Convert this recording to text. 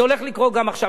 זה הולך לקרות גם עכשיו.